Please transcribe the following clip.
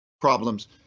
problems